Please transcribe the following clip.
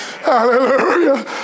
Hallelujah